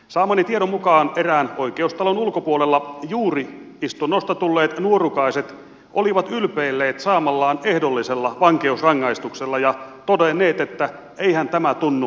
saamani tiedon mukaan erään oikeustalon ulkopuolella juuri istunnosta tulleet nuorukaiset olivat ylpeilleet saamallaan ehdollisella vankeusrangaistuksella ja todenneet että eihän tämä tunnu missään